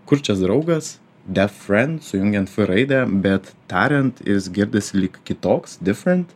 kurčias draugas deafriend sujungiant f raidę bet tariant jis girdisi lyg kitoks different